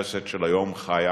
הכנסת של היום חיה